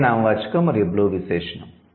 'sky' నామవాచకం మరియు 'blue' విశేషణం